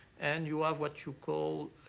and you have what you call